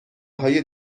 های